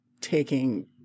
taking